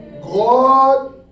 God